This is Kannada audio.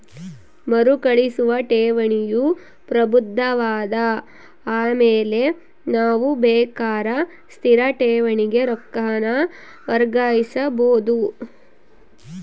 ಮರುಕಳಿಸುವ ಠೇವಣಿಯು ಪ್ರಬುದ್ಧವಾದ ಆಮೇಲೆ ನಾವು ಬೇಕಾರ ಸ್ಥಿರ ಠೇವಣಿಗೆ ರೊಕ್ಕಾನ ವರ್ಗಾಯಿಸಬೋದು